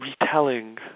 retelling